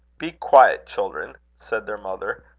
be quiet, children, said their mother,